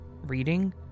reading